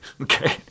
Okay